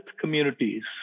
communities